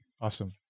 Awesome